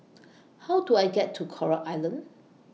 How Do I get to Coral Island